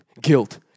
guilt